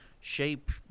shape